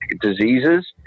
diseases